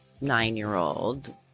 nine-year-old